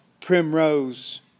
Primrose